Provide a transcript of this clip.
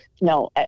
No